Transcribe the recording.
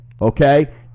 Okay